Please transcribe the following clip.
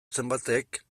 zenbaitek